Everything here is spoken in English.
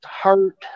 hurt